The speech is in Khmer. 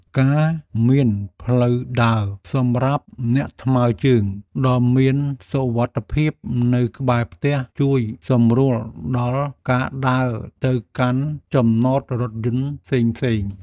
ការមានផ្លូវដើរសម្រាប់អ្នកថ្មើរជើងដ៏មានសុវត្ថិភាពនៅក្បែរផ្ទះជួយសម្រួលដល់ការដើរទៅកាន់ចំណតរថយន្តផ្សេងៗ។